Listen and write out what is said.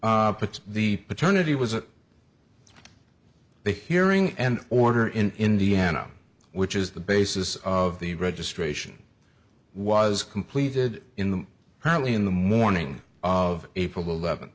puts the paternity was a the hearing and order in indiana which is the basis of the registration was completed in the apparently in the morning of april eleven